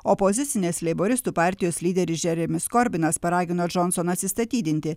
opozicinės leiboristų partijos lyderis džeremis korbinas paragino džonsoną atsistatydinti